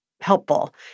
helpful